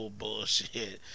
bullshit